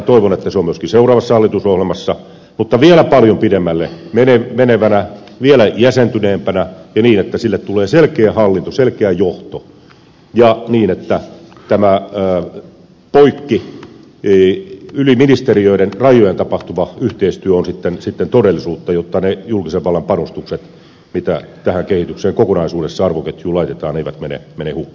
toivon että se on myöskin seuraavassa hallitusohjelmassa mutta vielä paljon pidemmälle menevänä vielä jäsentyneempänä ja niin että sille tulee selkeä hallinto selkeä johto ja niin että tämä yli ministeriöiden rajojen tapahtuva yhteistyö on todellisuutta jotta ne julkisen vallan panostukset joita tähän kehitykseen kokonaisuudessaan arvoketjuun laitetaan eivät mene hukkaan